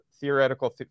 theoretical